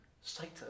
Satan